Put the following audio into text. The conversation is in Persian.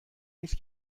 ایست